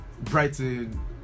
Brighton